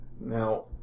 Now